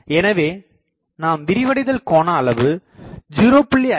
எனவே நாம் விரிவடைதல் கோணஅளவு 0